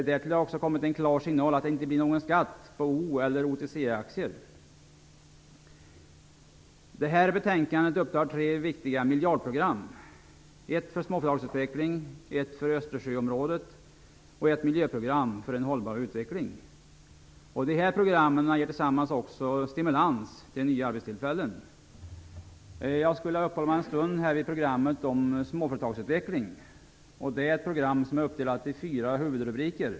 Därtill har det också kommit en klar signal om att det inte blir någon skatt på O Detta betänkande tar upp tre viktiga miljardprogram: ett för småföretagsutveckling, ett för Östersjöområdet och ett miljöprogram för en hållbar utveckling. Dessa program ger också tillsammans stimulans till nya arbetstillfällen. Jag skall här en stund uppehålla mig vid programmet om småföretagsutveckling. Det är ett program som är uppdelat i fyra huvudrubriker.